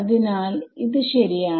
അതിനാൽ ശരിയാണ്